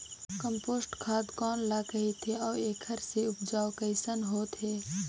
Compost खाद कौन ल कहिथे अउ एखर से उपजाऊ कैसन होत हे?